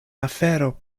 afero